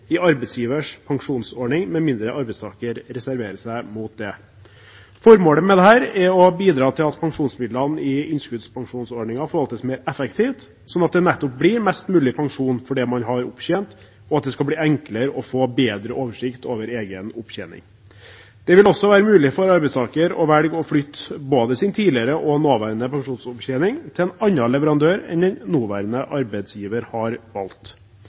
i arbeidsgivers pensjonsordning, med mindre arbeidstaker reserverer seg mot det. Formålet med dette er å bidra til at pensjonsmidlene i innskuddspensjonsordningen forvaltes mer effektivt, slik at det nettopp blir mest mulig pensjon for det man har opptjent, og slik at det skal bli enklere å få bedre oversikt over egen opptjening. Det vil også være mulig for arbeidstaker å velge å flytte både sin tidligere og sin nåværende pensjonsopptjening til en annen leverandør enn den som nåværende arbeidsgiver har valgt.